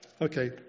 okay